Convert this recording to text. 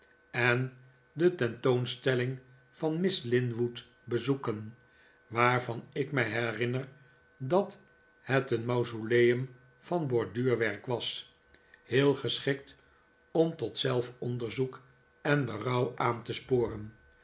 en de tentoonstelling van miss linwood bezoeken waarvan ik mij herinner dat het een mausoleum van borduurwerk was heel geschikt om tot zelfonderzoek en berouw aan te sporen